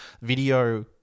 Video